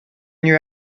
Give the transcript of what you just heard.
you